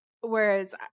Whereas